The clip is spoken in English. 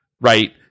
Right